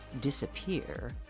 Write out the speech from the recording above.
disappear